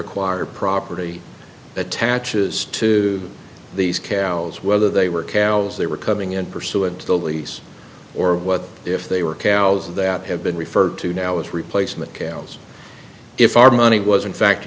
acquire property attaches to these cows whether they were cows they were coming in pursuant to the lease or what if they were cows that have been referred to now as replacement calles if our money was in fact